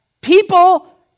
people